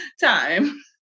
time